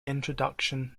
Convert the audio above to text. introduction